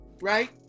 right